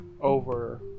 over